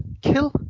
kill